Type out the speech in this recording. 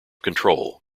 control